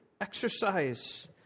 exercise